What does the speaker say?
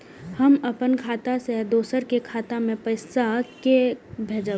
हम अपन खाता से दोसर के खाता मे पैसा के भेजब?